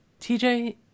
TJ